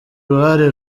uruhare